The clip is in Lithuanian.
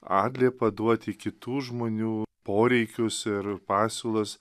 atliepą duoti kitų žmonių poreikius ir pasiūlas